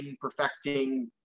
perfecting